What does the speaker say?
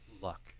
luck